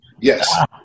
yes